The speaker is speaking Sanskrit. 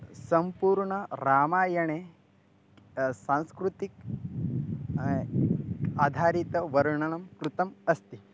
सम्पूर्णरामायणे सांस्कृतिकम् आधारितवर्णनं कृतम् अस्ति